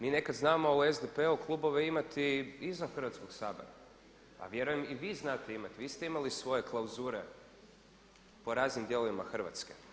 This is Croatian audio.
Mi nekad znamo u SDP-u klubove imati i izvan Hrvatskog sabora, a vjerujem i vi znate imati, i vi te imali svoje klauzure po raznim dijelovima Hrvatske.